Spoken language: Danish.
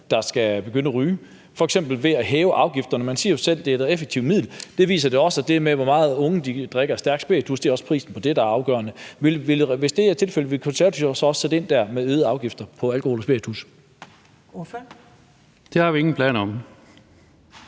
der skal begynde på det, f.eks. ved at hæve afgifterne? Man siger jo selv, at det er et effektivt middel, og det viser sig også, med hensyn til hvor meget unge drikker af stærk spiritus, at det er prisen på det, der er afgørende. Hvis det er tilfældet, vil Konservative så også sætte ind der med øgede afgifter på alkohol og spiritus? Kl.